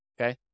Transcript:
okay